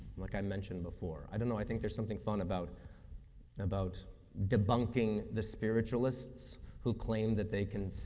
like i mentioned before. i don't know. i think there's something fun about about debunking the spiritualists who claim that they can,